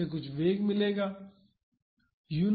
तो इसे कुछ वेग मिलेगा